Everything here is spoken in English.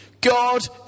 God